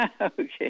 Okay